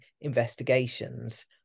investigations